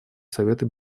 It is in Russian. совета